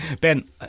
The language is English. Ben